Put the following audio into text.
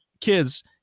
kids